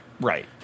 right